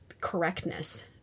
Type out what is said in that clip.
correctness